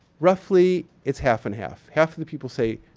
roughly, it's half and half. half the people say,